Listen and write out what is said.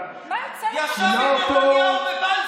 לא יעזור לך.